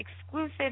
exclusive